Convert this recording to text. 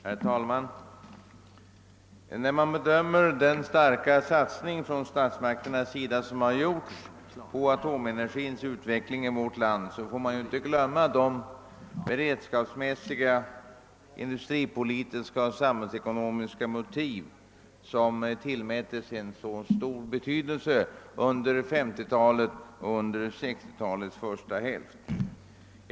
Herr talman! När man bedömer den starka satsning som gjorts från statsmakternas sida på atomenergiutvecklingen i vårt land, får man inte glömma de beredskapsmässiga, industripolitiska och samhällsekonomiska motiv som tillmättes så stor betydelse under 1950-talet och under 1960-talets första hälft.